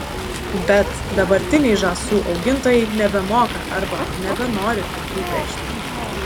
bet dabartiniai žąsų augintojai nebemoka arba nebenori pūkų pešti